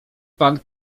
pan